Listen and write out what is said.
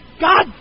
God